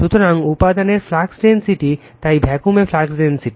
সুতরাং উপাদানের flux density তাই ভ্যাকুয়ামে ফ্লাক্স ডেনসিটি